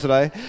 today